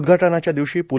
उद्घाटनाच्या दिवशी प्